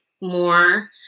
more